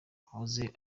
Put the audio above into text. wahoze